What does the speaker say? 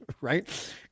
right